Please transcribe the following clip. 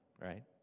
right